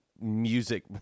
music